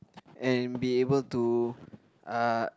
and be able to uh